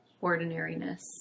ordinariness